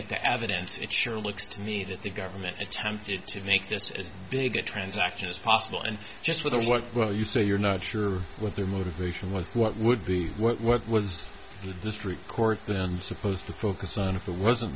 at the evidence it sure looks to me that the government attempted to make this as big a transaction as possible and just with what you say you're not sure what their motivation with what would be what was the district court then supposed to focus on of the wasn't